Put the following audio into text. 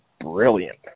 brilliant